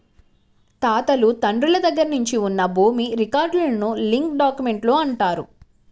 తాతలు తండ్రుల దగ్గర నుంచి ఉన్న భూమి రికార్డులను లింక్ డాక్యుమెంట్లు అంటారు